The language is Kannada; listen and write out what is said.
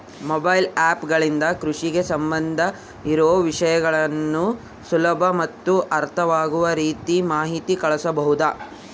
ಮೊಬೈಲ್ ಆ್ಯಪ್ ಗಳಿಂದ ಕೃಷಿಗೆ ಸಂಬಂಧ ಇರೊ ವಿಷಯಗಳನ್ನು ಸುಲಭ ಮತ್ತು ಅರ್ಥವಾಗುವ ರೇತಿ ಮಾಹಿತಿ ಕಳಿಸಬಹುದಾ?